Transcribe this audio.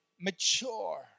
mature